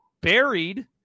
buried